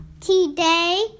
Today